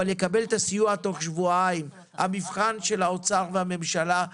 הסיוע תוך שבועיים וזה מבחן מהירות התגובה של האוצר והממשלה.